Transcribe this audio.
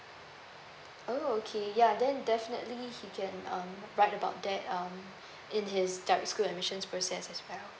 oh okay ya then definitely he can um write about that um in his direct school admissions process as well